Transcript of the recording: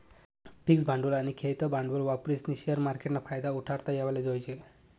fix भांडवल आनी खेयतं भांडवल वापरीस्नी शेअर मार्केटना फायदा उठाडता येवाले जोयजे